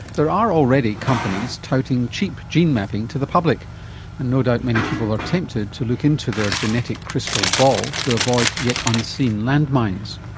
there are already companies touting cheap gene mapping to the public and no doubt many people are tempted to look into their genetic crystal ball to avoid yet unseen landmines.